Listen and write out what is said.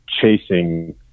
chasing